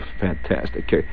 fantastic